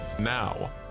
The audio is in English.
Now